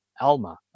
Alma